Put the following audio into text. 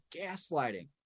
gaslighting